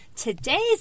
Today's